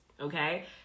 okay